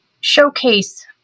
showcase